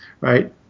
right